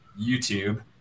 YouTube